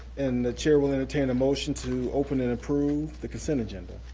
and the chair will entertain a motion to open and approve the consent agenda.